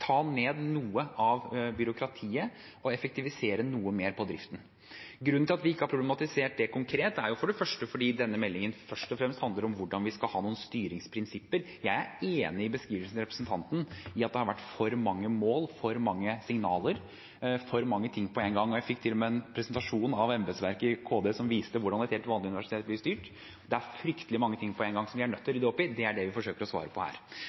ta ned noe av byråkratiet og effektivisere noe mer på driften. Grunnen til at vi ikke har problematisert det konkret, er for det første at denne meldingen først og fremst handler om hvordan vi skal ha noen styringsprinsipper. Jeg er enig i beskrivelsen til representanten av at det har vært for mange mål, for mange signaler, for mange ting på en gang. Jeg fikk til og med en presentasjon av embetsverket i KD som viste hvordan et helt vanlig universitet blir styrt. Det er fryktelig mange ting på en gang som vi er nødt til å rydde opp i, og det er det vi forsøker å svare på her.